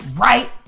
Right